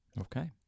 Okay